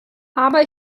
aber